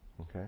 okay